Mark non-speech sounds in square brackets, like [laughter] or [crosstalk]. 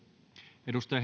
arvoisa [unintelligible]